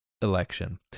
election